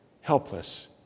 helpless